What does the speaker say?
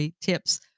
tips